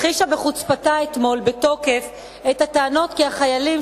הכחישה בחוצפתה אתמול בתוקף את הטענות כי החיילים